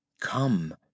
Come